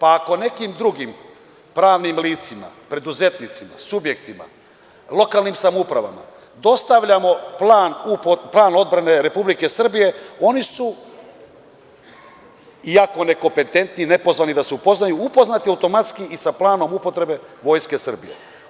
Ako nekim drugim pravnim licima, preduzetnicima, subjektima, lokalnim samoupravama dostavljamo plan odbrane Republike Srbije oni su iako nekompetentni, nepozvani da se upoznaju, upoznati automatski i sa planom upotrebe Vojske Srbije.